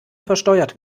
versteuert